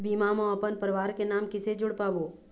बीमा म अपन परवार के नाम किसे जोड़ पाबो?